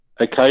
okay